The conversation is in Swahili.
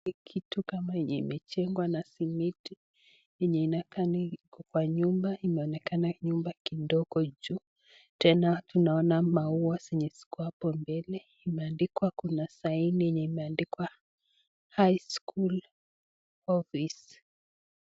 Ni kitu kama yenye imejengwa na simiti yenye inakaa iko kwa nyumba, inaonekana nyumba kidogo juu tena tunaona maua zenye ziko hapo mbele imeandikwa, kuna saini yenye imeandikwa (cs) highschool office (cs).